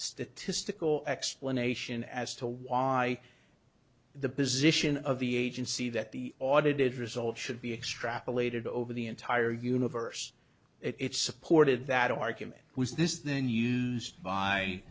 statistical explanation as to why the position of the agency that the audited result should be extrapolated over the entire universe it's supported that argument was this then used by